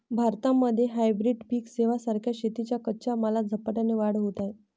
भारतामध्ये हायब्रीड पिक सेवां सारख्या शेतीच्या कच्च्या मालात झपाट्याने वाढ होत आहे